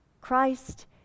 Christ